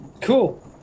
Cool